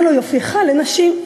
אומר לו: יופייך לנשים.